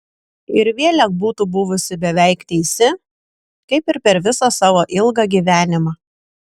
ir vėlek būtų buvusi beveik teisi kaip ir per visą savo ilgą gyvenimą